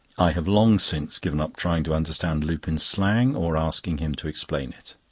i have long since given up trying to understand lupin's slang, or asking him to explain it.